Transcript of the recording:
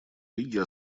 лиги